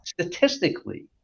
statistically